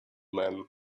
man